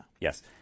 Yes